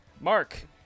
Mark